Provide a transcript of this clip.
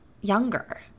younger